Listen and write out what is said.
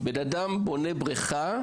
אדם בונה בריכה,